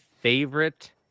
favorite